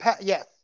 Yes